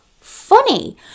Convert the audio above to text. funny